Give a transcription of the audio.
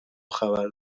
خبر